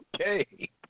Okay